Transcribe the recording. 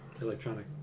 Electronic